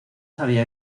había